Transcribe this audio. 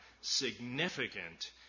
significant